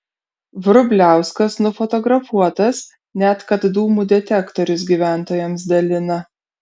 vrubliauskas nufotografuotas net kad dūmų detektorius gyventojams dalina